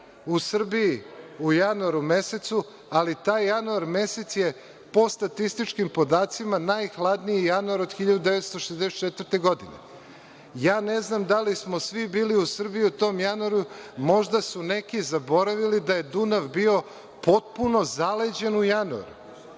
u Srbiji u januaru mesecu, ali taj januar mesec je po statističkim podacima najhladniji januar od 1964. godine. Ne znam da li smo svi bili u Srbiji u tom januaru, možda su neki zaboravili da je Dunav bio potpuno zaleđen u januaru.